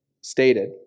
stated